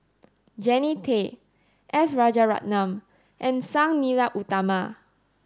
Jannie Tay S Rajaratnam and Sang Nila Utama